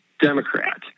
Democrat